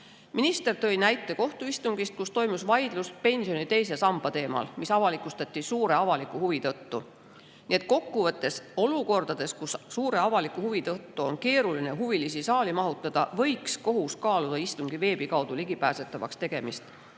Minister tõi näite kohtuistungist, kus toimus vaidlus pensioni teise samba teemal, mis avalikustati suure avaliku huvi tõttu. Nii et kokkuvõttes võiks olukordades, kus suure avaliku huvi tõttu on keeruline huvilisi saali mahutada, kohus kaaluda istungi veebi kaudu ligipääsetavaks tegemist.